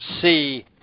see